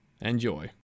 Enjoy